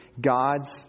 God's